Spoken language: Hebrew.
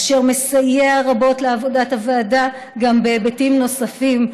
אשר מסייע רבות בעבודת הוועדה גם בהיבטים נוספים,